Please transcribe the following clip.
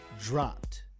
dropped